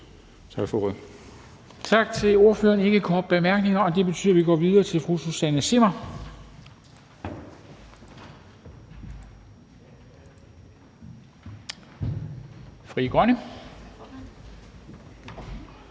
Tak til ordføreren. Der er ingen korte bemærkninger, og det betyder, at vi går videre til fru Susanne Zimmer, Frie Grønne.